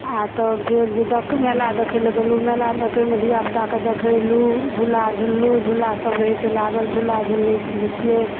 आओर तब फेर जे देख मेला देखय लए गेलहुँ मेला देखयमे धियापुताके देखयलहुँ झूला झुललहुँ झूला सब रहय छै लागल झूला झुलय छियै